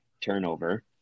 turnover